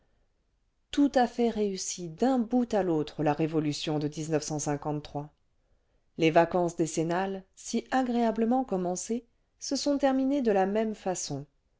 otjt à fait réussie d'un bout à l'autre la révolution de les vacances décennales si agréablement agréablement se sont terminées cle la même façon